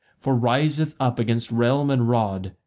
for riseth up against realm and rod,